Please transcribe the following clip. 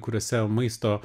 kuriose maisto